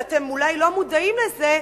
ואתם אולי לא מודעים לזה,